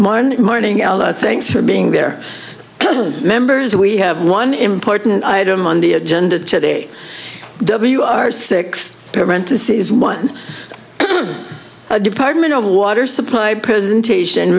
mon morning ellen thanks for being there members we have one important item on the agenda today w r six parentheses one department of water supply presentation